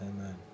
Amen